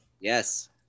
Yes